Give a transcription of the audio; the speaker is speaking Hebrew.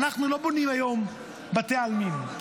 אנחנו לא בונים היום בתי עלמין.